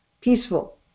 peaceful